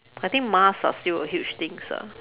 I think mask are still a huge things ah